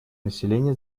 населения